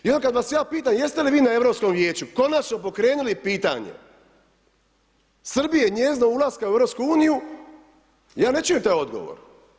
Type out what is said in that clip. I onda kada vas ja pitam jeste li vi na Europskom vijeću konačno pokrenuli pitanje Srbije i njezina ulaska u EU, ja ne čujem taj odgovor.